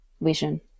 vision